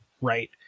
Right